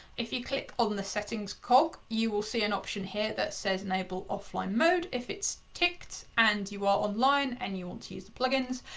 if you click on the settings cog, you will see an option here that says enable offline mode. if it's ticked and you are online and you want to use the plugins,